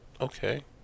okay